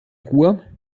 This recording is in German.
ruhr